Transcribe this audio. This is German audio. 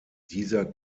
dieser